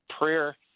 prayer